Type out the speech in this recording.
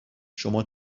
شما